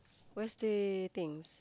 where's say things